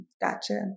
Gotcha